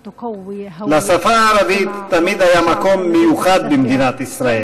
לשפה הערבית תמיד היה מקום מיוחד במדינת ישראל,